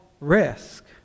risk